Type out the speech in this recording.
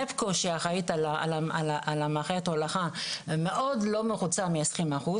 נפקו שאחראית על מערכת ההולכה מאוד לא מרוצה מעשרים אחוז,